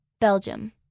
Belgium